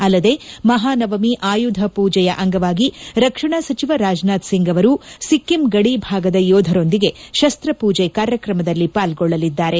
ಅಲ್ಲದೇ ಮಹಾನವಮಿ ಆಯುಧ ಪೂಜೆಯ ಅಂಗವಾಗಿ ರಕ್ಷಣಾ ಸಚಿವ ರಾಜನಾಥ್ ಸಿಂಗ್ ಅವರು ಸಿಕ್ಕಿಂ ಗಡಿ ಭಾಗದ ಯೋಧರೊಂದಿಗೆ ಶಸ್ತ ಪೂಜೆ ಕಾರ್ಯಕ್ರಮದಲ್ಲಿ ಪಾಲ್ಗೊಳ್ಳಲಿದ್ದಾರೆ